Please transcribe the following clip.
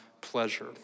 pleasure